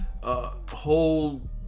whole